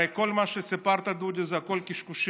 הרי כל מה שסיפרת, דודי, זה הכול קשקושים.